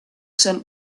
sent